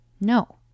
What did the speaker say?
No